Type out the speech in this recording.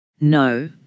No